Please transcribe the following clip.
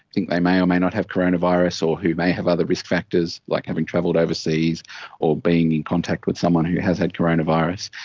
think they may or may not have coronavirus or who may have other risk factors like having travelled overseas or been in contact with someone who has had coronavirus.